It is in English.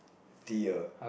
dear